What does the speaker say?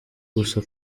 gusa